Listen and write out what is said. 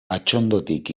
atxondotik